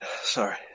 Sorry